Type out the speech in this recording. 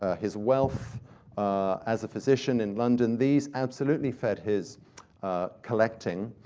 ah his wealth as a physician in london, these absolutely fed his collecting.